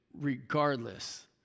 regardless